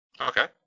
Okay